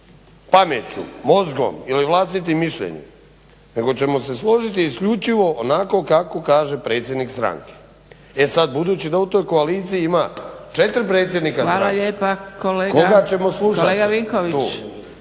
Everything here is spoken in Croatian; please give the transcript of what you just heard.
pameću, mozgom ili vlastitim mišljenjem, nego ćemo se složiti isključivo onako kako kaže predsjednik stranke. E sada budući da u toj koaliciji ima 4 predsjednika stranke … /Upadica: